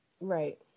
Right